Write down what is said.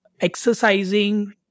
exercising